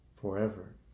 forever